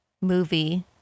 movie